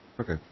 Okay